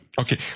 Okay